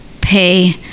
pay